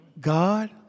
God